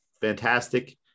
fantastic